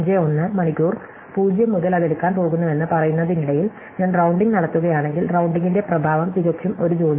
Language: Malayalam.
51 മണിക്കൂർ 0 മുതൽ അത് എടുക്കാൻ പോകുന്നുവെന്ന് പറയുന്നതിനിടയിൽ ഞാൻ റൌണ്ടിംഗ് നടത്തുകയാണെങ്കിൽ റൌണ്ടിംഗിന്റെ പ്രഭാവം തികച്ചും ഒരു ജോലിയാണ്